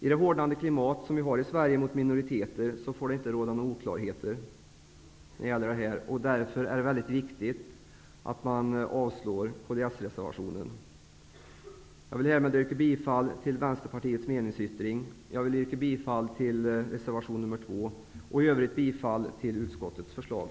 I det hårdnande klimatet för minoriteter i Sverige får det inte råda några oklarheter, och det är därför viktigt att man avslår kds-reservationen. Jag yrkar bifall till Vänsterpartiets meningsyttring och till reservation nr 2. I övrigt yrkar jag bifall till utskottets förslag.